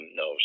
no